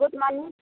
good morning